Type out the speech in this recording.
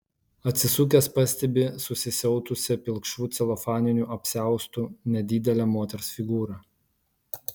atsisukęs pastebi susisiautusią pilkšvu celofaniniu apsiaustu nedidelę moters figūrą